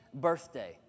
birthday